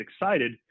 excited